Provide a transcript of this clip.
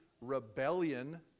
rebellion